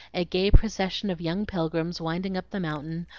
a gay procession of young pilgrims winding up the mountain,